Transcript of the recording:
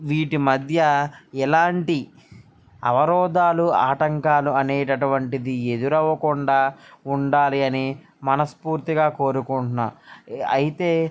వీటి మధ్య ఎలాంటి అవరోధాలు ఆటంకాలు అనే అటువంటిది ఎదురవ్వకుండా ఉండాలి అని మనస్ఫూర్తిగా కోరుకుంటున్నాను అయితే